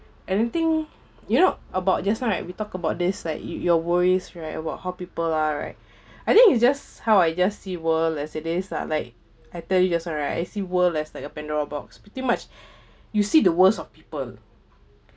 anything you know about just now right we talk about this like your your worries right about how people are right I think it's just how I just see world as it is lah like I tell you just now right I see world less like a pandora box pretty much you see the worst of people